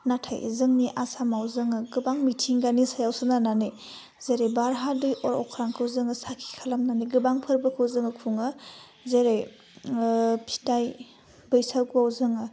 नाथाय जोंनि आसामाव जोङो गोबां मिथिंगानि सायाव सोनारनानै जेरै बार हा दै अर अख्रांखौ जोङो साखि खालामनानै गोबां फोरबोखौ जोङो खुङो जेरै फिथाइ बैसागुवाव जोङो